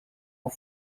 aux